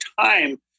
time